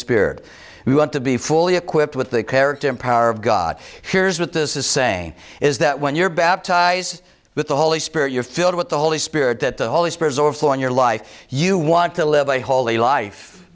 spirit we want to be fully equipped with the character and power of god here's what this is saying is that when you're baptize with the holy spirit you're filled with the holy spirit that the holy spirit or flaw in your life you want to live a holy life